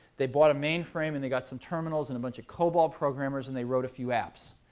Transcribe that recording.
they bought a mainframe, and they got some terminals and a bunch of cobol programmers, and they wrote a few apps.